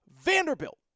Vanderbilt